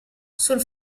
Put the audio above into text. sul